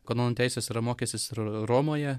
kanonų teisės yra mokęsis ir romoje